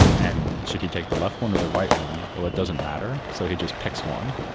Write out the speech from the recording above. and should he take the left one or the right one? well, it doesn't matter, so he just picks one,